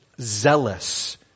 zealous